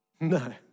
No